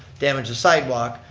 damage the sidewalk.